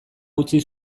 utzi